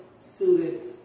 students